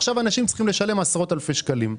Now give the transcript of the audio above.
עכשיו אנשים צריכים לשלם עשרות אלפי שקלים.